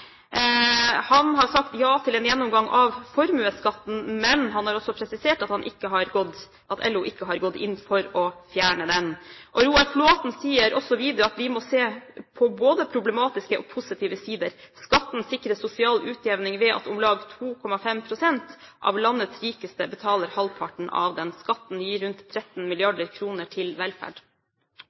Han har sagt ja til en gjennomgang av formuesskatten, men han har også presisert at LO ikke har gått inn for å fjerne den. Roar Flåthen sier også videre at: «Vi må se på både problematiske og positive sider. Skatten sikrer sosial utjevning ved at om lag 2,5 prosent av landets rikeste betaler halvparten av den. Skatten gir rundt 13 milliarder kroner til velferd.»